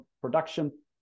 production